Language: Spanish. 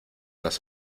las